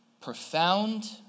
profound